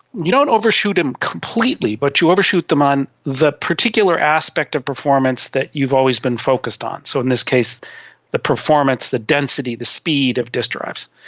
you don't overshoot them completely but you overshoot them on the particular aspect of performance that you've always been focused on. so in this case the performance, the density, the speed of disk drives.